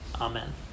amen